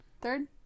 third